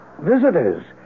visitors